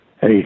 Hey